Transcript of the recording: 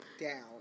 down